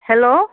hello